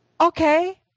okay